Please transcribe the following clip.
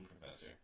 professor